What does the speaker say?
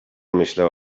myślał